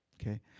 Okay